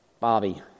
Bobby